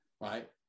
right